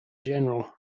general